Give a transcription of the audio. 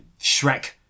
Shrek